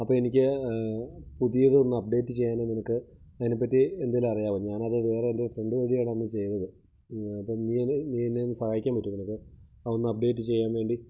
അപ്പോൾ എനിക്ക് പുതിയതൊന്ന് അപ്ഡേറ്റ് ചെയ്യാനെനിനക്ക് അതിനെപ്പറ്റി എന്തേലും അറിയാവോ ഞാനത് വേറെ എൻ്റെ ഫ്രണ്ട് വഴിയാണന്ന് ചെയ്തത് അപ്പം നീ എന്നെ നീ എന്നെ ഒന്ന് സഹായിക്കാൻ പറ്റുമോ നിനക്ക് അതൊന്ന് അപ്ഡേറ്റ് ചെയ്യാൻ വേണ്ടി